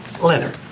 Leonard